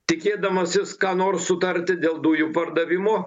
tikėdamasis ką nors sutarti dėl dujų pardavimo